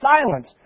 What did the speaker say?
silence